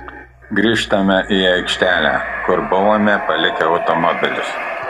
grįžtame į aikštelę kur buvome palikę automobilius